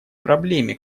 проблеме